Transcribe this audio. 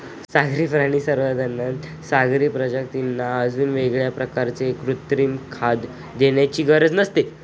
सागरी प्राणी संवर्धनात सागरी प्रजातींना अजून वेगळ्या प्रकारे कृत्रिम खाद्य देण्याची गरज नसते